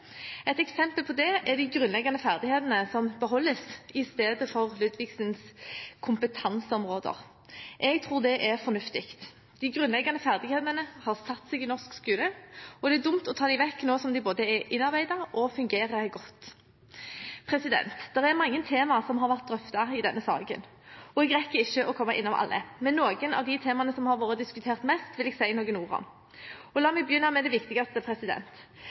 Et eksempel på det er de grunnleggende ferdighetene, som beholdes, i stedet for Ludvigsens kompetanseområder. Jeg tror det er fornuftig. De grunnleggende ferdighetene har satt seg i norsk skole, og det er dumt å ta dem vekk nå som de både er innarbeidet og fungerer godt. Det er mange temaer som har vært drøftet i denne saken, og jeg rekker ikke å komme innom alle, men noen av de temaene som har vært diskutert mest, vil jeg si noen ord om. La meg begynne med det viktigste,